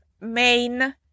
main